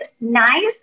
nice